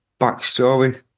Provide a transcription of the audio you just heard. backstory